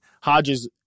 Hodges